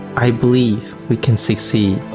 i believe we can succeed.